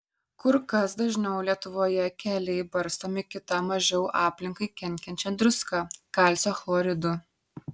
kur kas dažniau lietuvoje keliai barstomi kita mažiau aplinkai kenkiančia druska kalcio chloridu